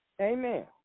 Amen